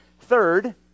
Third